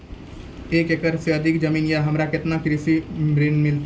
एक एकरऽ से अधिक जमीन या हमरा केतना कृषि ऋण मिलते?